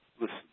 Listen